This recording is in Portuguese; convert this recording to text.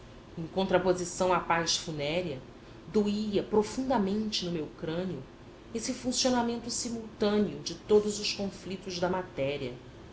em contraposição à paz funérea doía profundamente no meu crânio esse funcionamento simultâneo de todos os conflitos da matéria